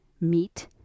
meat